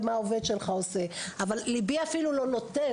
מה עובד שלך עושה.״ אבל ליבי לא מאפשר את זה,